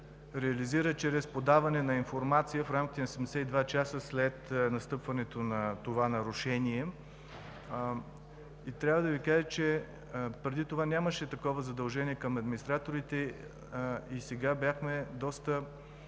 чрез подаване на информация в рамките на 72 часа след настъпването на нарушението. Трябва да Ви кажа, че преди нямаше такова задължение към администраторите и бяхме доста